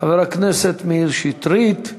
חבר הכנסת מאיר שטרית.